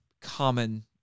common